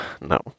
No